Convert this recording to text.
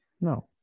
No